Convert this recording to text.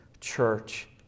Church